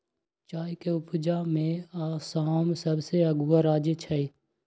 चाय के उपजा में आसाम सबसे अगुआ राज्य छइ